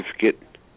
certificate